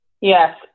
Yes